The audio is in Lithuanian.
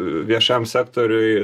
viešam sektoriui